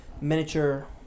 miniature